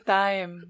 time